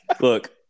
Look